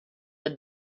the